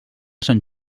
sant